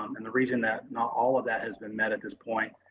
um and the reason that not all of that has been met at this point,